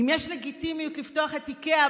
אם יש לגיטימיות לפתוח את איקאה,